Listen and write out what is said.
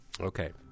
Okay